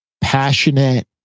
passionate